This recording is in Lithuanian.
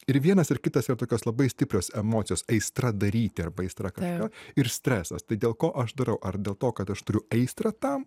ir vienas ir kitas yra tokios labai stiprios emocijos aistra daryti arba aistrą kažką ir stresas tai dėl ko aš darau ar dėl to kad aš turiu aistrą tam